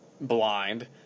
blind